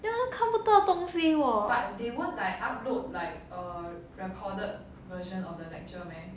then 到看不到东西喔